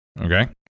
okay